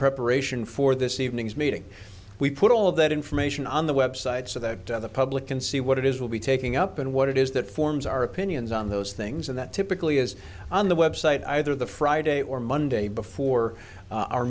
preparation for this evening's meeting we put all of that information on the website so that the public can see what it is will be taking up and what it is that forms our opinions on those things and that typically is on the website either the friday or monday before our